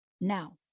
Now